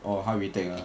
orh 他 re-take lah